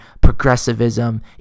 progressivism